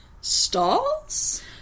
stalls